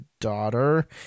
daughter